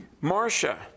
Marcia